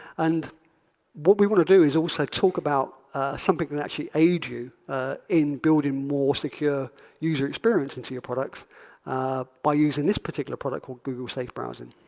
and what we want to do is also talk about something that can actually aid you in building more secure user experience into your products by using this particular product called google safe browsing.